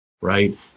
right